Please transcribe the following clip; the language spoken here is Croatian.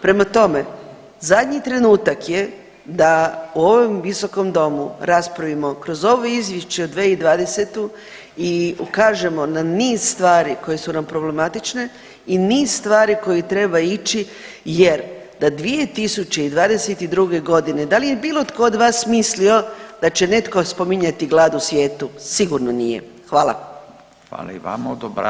Prema tome, zadnji trenutak je da u ovom visokom domu raspravimo kroz ovo izvješće 2020. i ukažemo na niz stvari koje su nam problematične i niz stvari koji treba ići jer da 2022.g. dal je bilo tko od vas mislio da će netko spominjati glad u svijetu, sigurno nije, hvala.